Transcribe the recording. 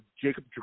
Jacob